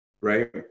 right